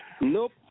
Nope